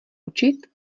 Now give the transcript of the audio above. učit